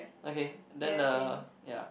okay then the ya